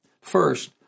First